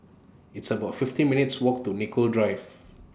It's about fifteen minutes' Walk to Nicoll Drive